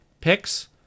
picks